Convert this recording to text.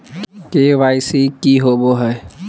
KYC की होबो है?